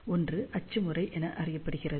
ஒன்று அச்சு முறை என அறியப்படுகிறது